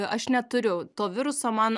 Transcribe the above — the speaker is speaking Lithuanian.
aš neturiu to viruso man